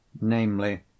namely